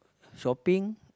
shopping